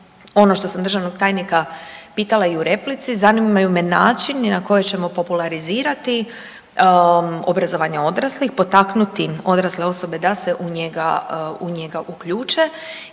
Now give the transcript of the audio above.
ono što sam državnog tajnika pitala i u replici. Zanimaju me načini na koje ćemo popularizirati obrazovanje odraslih, potaknuti odrasle osobe da se u njega, u njega